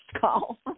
call